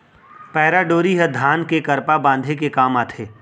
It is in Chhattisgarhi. पैरा डोरी ह धान के करपा बांधे के काम आथे